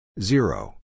Zero